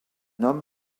homme